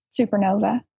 supernova